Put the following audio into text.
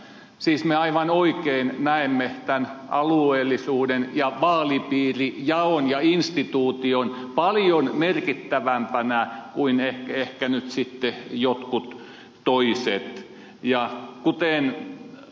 siis me aivan oikein näemme tämän alueellisuuden ja vaalipiirijaon ja instituution paljon merkittävämpänä kuin ehkä nyt sitten jotkut toiset